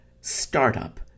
startup